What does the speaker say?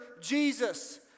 Jesus